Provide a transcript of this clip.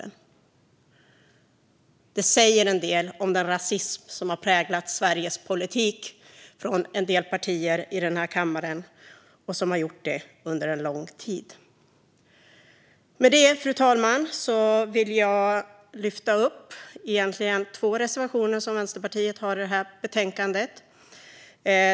Det säger en del om den rasism från en del partier i den här kammaren som har präglat Sveriges politik under lång tid. Med det sagt, fru talman, vill jag lyfta upp två reservationer som Vänsterpartiet har i det här betänkandet.